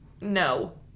No